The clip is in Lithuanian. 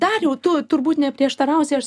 dariau tu turbūt neprieštarausi aš